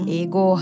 ego